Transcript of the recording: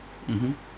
mmhmm